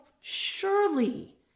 surely